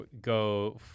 go